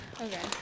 Okay